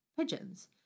pigeons